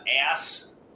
ass